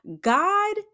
god